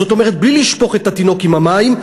זאת אומרת בלי לשפוך את התינוק עם המים,